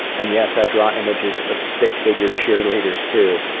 and, yes, i draw images of stick figure cheerleaders, too.